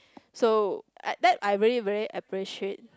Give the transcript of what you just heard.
so I that I very very appreciate